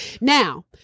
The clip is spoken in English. Now